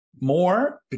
more